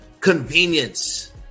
convenience